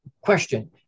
Question